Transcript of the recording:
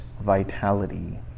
vitality